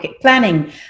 planning